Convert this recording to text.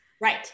Right